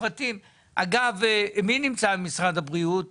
רשות שוק ההון, משרד האוצר הפנה